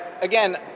again